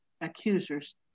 accusers